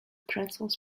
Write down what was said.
pretzels